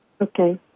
Okay